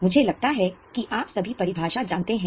मुझे लगता है कि आप सभी परिभाषा जानते हैं